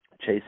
chase